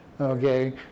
Okay